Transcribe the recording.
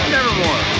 Nevermore